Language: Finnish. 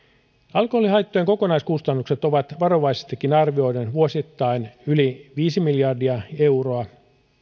alkoholihaittojen kokonaiskustannukset ovat varovaisestikin arvioiden vuosittain yli viisi miljardia euroa